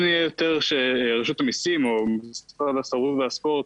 יהיה יותר שרשות המיסים או משרד התרבות והספורט